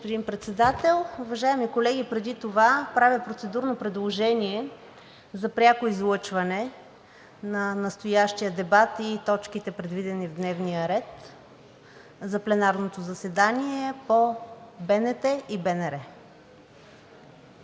Благодаря, господин Председател. Уважаеми колеги, преди това правя процедурно предложение за пряко излъчване на настоящия дебат и точките, предвидени в дневния ред за пленарното заседание, по БНТ и БНР.